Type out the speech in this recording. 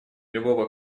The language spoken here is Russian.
любого